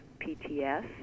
PTS